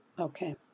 Okay